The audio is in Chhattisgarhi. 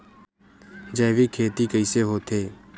जैविक खेती कइसे होथे?